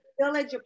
village